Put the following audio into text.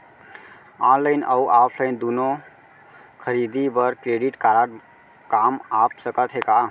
Online अऊ offline दूनो खरीदी बर क्रेडिट कारड काम आप सकत हे का?